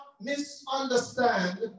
misunderstand